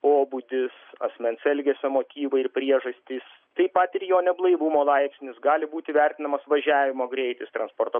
pobūdis asmens elgesio motyvai ir priežastys taip pat ir jo neblaivumo laipsnis gali būti vertinamas važiavimo greitis transporto